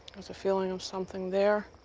there's a feeling of something there.